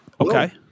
Okay